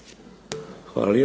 Hvala.